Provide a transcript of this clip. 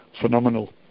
phenomenal